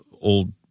old